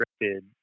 restricted